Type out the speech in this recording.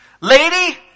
Lady